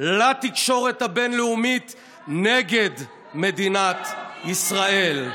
לתקשורת הבין-לאומית נגד מדינת ישראל.